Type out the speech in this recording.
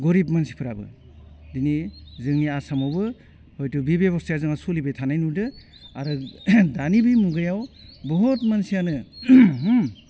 गरिब मानसिफ्राबो दिनै जोंनि आसामावबो हयथ' बे बेब'स्थाया जोंनाव सलिबाय थानाय नुदों आरो दानि बे मुगायाव बुहुत मानसियानो